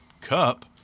Cup